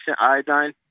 Iodine